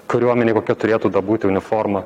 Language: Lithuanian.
kariuomenėj kokia turėtų būti uniforma